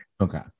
Okay